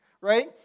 right